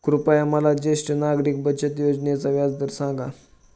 कृपया मला ज्येष्ठ नागरिक बचत योजनेचा व्याजदर सांगा